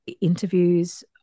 interviews